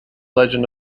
legend